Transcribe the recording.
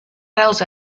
rels